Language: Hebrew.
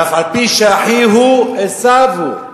ואף-על-פי שאחי הוא, עשו הוא.